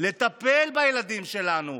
לטפל בילדים שלנו,